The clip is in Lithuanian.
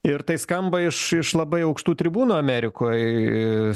ir tai skamba iš iš labai aukštų tribūnų amerikoj i